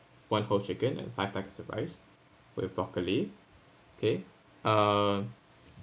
one whole chicken and five packs of rice with broccoli okay uh